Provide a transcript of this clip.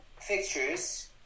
fixtures